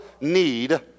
need